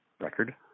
record